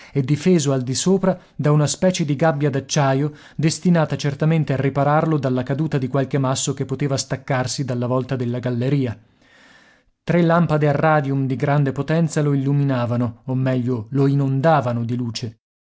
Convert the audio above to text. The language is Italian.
e difeso al di sopra da una specie di gabbia d'acciaio destinata certamente a ripararlo dalla caduta di qualche masso che poteva staccarsi dalla volta della galleria tre lampade a radium di grande potenza lo illuminavano o meglio lo inondavano di luce